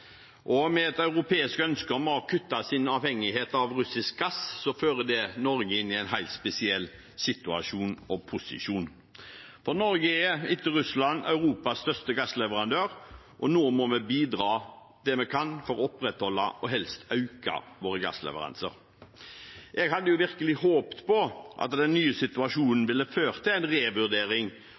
en helt spesiell situasjon og posisjon. Norge er etter Russland Europas største gassleverandør, og nå må vi bidra det vi kan for å opprettholde og helst øke våre gassleveranser. Jeg hadde virkelig håpet på at den nye situasjonen ville ført til en revurdering